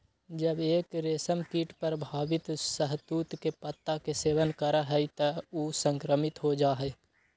जब एक रेशमकीट प्रभावित शहतूत के पत्ता के सेवन करा हई त ऊ संक्रमित हो जा हई